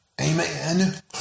Amen